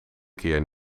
keer